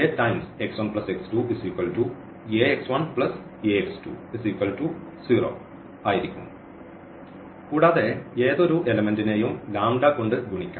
A x1 x2 Ax1 Ax20 ആയിരിക്കും കൂടാതെ ഏതൊരു എലെമെന്റുനെയും കൊണ്ട് ഗുണിക്കാം